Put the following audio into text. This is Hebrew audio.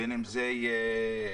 בין אם זה תיירות.